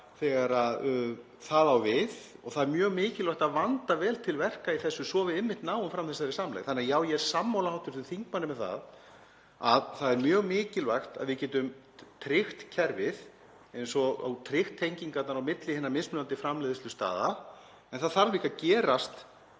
þegar það á við og það er mjög mikilvægt að vanda vel til verka í þessu svo við náum einmitt fram þessari samlegð. Þannig að já, ég er sammála hv. þingmanni um að það er mjög mikilvægt að við getum tryggt kerfið, tryggt tengingarnar á milli hinna mismunandi framleiðslustaða. En það þarf að gerast